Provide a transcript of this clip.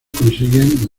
consiguen